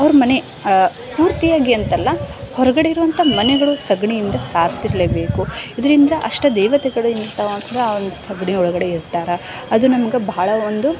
ಅವ್ರ ಮನೆ ಪೂರ್ತಿಯಾಗಿ ಅಂತಲ್ಲ ಹೊರಗಡೆ ಇರುವಂಥ ಮನೆಗಳು ಸಗಣಿಯಿಂದ ಸಾರ್ಸಿರಲೇಬೇಕು ಇದರಿಂದ ಅಷ್ಟ ದೇವತೆಗಳು ಎಂಥವು ಅಂದ್ರೆ ಆ ಒಂದು ಸಗಣಿ ಒಳಗಡೆ ಇರ್ತಾರೆ ಅದು ನಮ್ಗೆ ಬಹಳ ಒಂದು